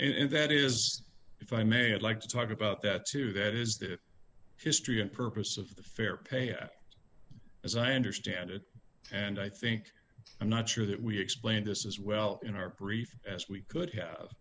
and that is if i may i'd like to talk about that too that is the history and purpose of the fair pay act as i understand it and i think i'm not sure that we explained this as well in our brief as we could have